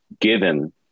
given